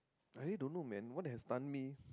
I really don't know man what had stun me